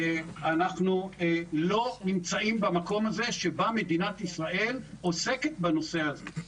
אנחנו לא נמצאים במקום הזה שבה מדינת ישראל עוסקת בנושא הזה.